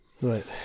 Right